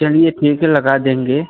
चलिए ठीक है लगा देंगे